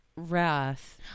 Wrath